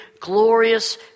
glorious